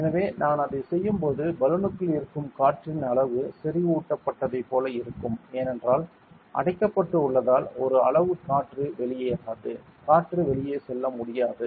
எனவே நான் அதைச் செய்யும்போது பலூனுக்குள் இருக்கும் காற்றின் அளவு செறிவூட்டப்பட்டதைப் போல இருக்கும் ஏனென்றால் அடைக்கப்பட்டு உள்ளதால் ஒரு அளவு காற்று வெளியேறாது காற்று வெளியே செல்ல முடியாது